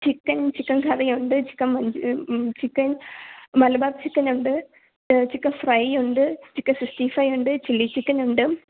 chicken chicken curry ഉണ്ട് chicken മഞ്ചൂ chicken Malabar chicken ഉണ്ട് ചിക്കൻ ഫ്രൈ ഉണ്ട് ചിക്കൻ സിക്സ്റ്റി ഫൈവ് ഉണ്ട് ചില്ലി ചിക്കൻ ഉണ്ട്